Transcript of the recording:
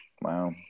Wow